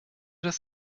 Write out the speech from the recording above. das